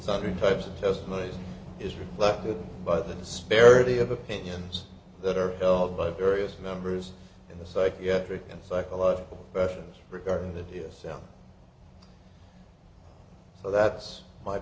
sundry types of testimonies is reflected by the disparity of opinions that are held by various members in the psychiatric and psychological pressure regarding the d s m so that's my